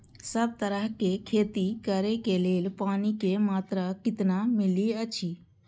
सब तरहक के खेती करे के लेल पानी के मात्रा कितना मिली अछि?